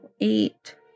Eight